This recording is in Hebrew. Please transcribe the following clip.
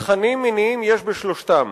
תכנים מיניים יש בשלושתם.